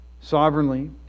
sovereignly